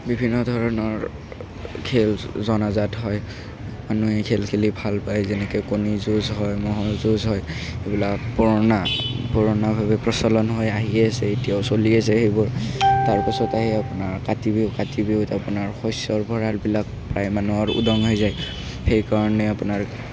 বিভিন্ন ধৰণৰ খেল জ জনাজাত হয় মানুহে খেল খেলি ভাল পায় যেনেকে কণী যুঁজ হয় মহৰ যুঁজ হয় সেইবিলাক পুৰণা পুৰণাভাৱে প্ৰচলন হৈ আহিয়েই আছে এতিয়াও চলি আছে সেইবোৰ তাৰপাছত আহিল আপোনাৰ কাতি বিহু কাতি বিহুত আপোনাৰ শস্য়ৰ ভঁৰালবিলাক প্ৰায় মানুহৰ উদং হৈ যায় সেইকাৰণে আপোনাৰ